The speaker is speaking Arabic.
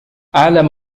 أعلم